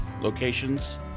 locations